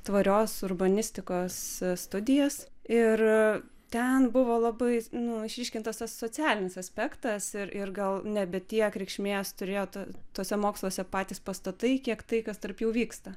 tvarios urbanistikos studijas ir ten buvo labai nu išryškintas tas socialinis aspektas ir ir gal nebe tiek reikšmės turėjo ta tuose moksluose patys pastatai kiek tai kas tarp jų vyksta